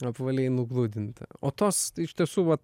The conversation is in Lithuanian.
apvaliai nugludinti o tos iš tiesų vat